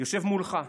יושב מולך.